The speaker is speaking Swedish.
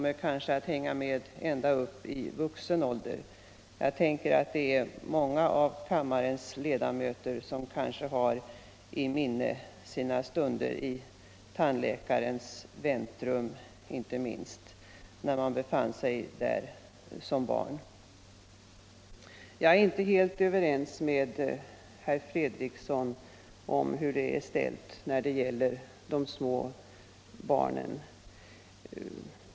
en ängslan som kan hänga med ända upp i vuxen ålder. Jag tänker att många av kammarens ledamöter har sina stunder i tandläkarens väntrum i friskt minne, inte minst när de satt där som barn. Jag är inte helt överens med herr Fredriksson om att det är bra ordnat för de små barnen i detta avseende.